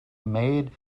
made